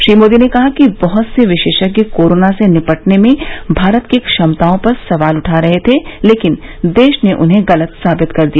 श्री मोदी ने कहा कि बहुत से विशेषज्ञ कोरोना से निपटने में भारत की क्षमताओं पर सवाल उठा रहे थे लेकिन देश ने उन्हें गलत साबित किया